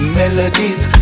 melodies